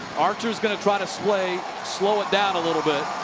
archer's going to try to slow slow it down a little bit.